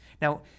Now